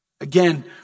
Again